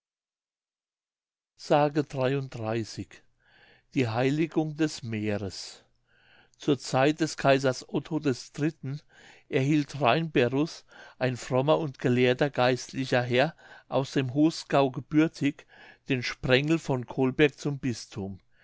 s die heiligung des meeres zur zeit des kaisers otto des dritten erhielt reinberus ein frommer und gelehrter geistlicher herr aus dem hosgau gebürtig den sprengel von kolberg zum bisthum